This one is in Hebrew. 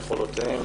יכולותיהן